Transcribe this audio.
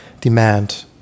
demand